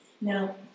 Now